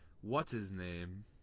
what's-his-name